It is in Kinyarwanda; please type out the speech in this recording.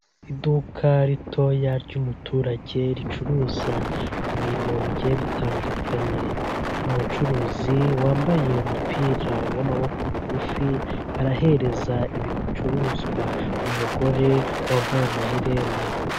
Iduka ritoya ry'umuturage ricuruza ibintu bigiye bitandukanye, umucuruzi wambaye umupira w'amaboko magufi arahereza ibicuruzwa umugore wambaye amaherena.